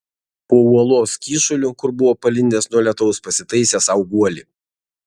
po uolos kyšuliu kur buvo palindęs nuo lietaus pasitaisė sau guolį